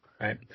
Right